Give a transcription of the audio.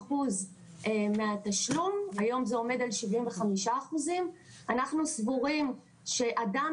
50% מהתשלום והיום זה עומד על 75%. אנחנו סבורים שאדם